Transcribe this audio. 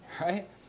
right